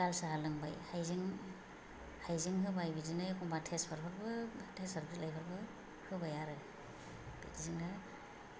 लाल साहा लोंबाय हाइजें हाइजें होबाय बिदिनो एखमबा तेजपातफोरबो तेजपात बिलाइखौबो होबाय आरो बिदिजोंनो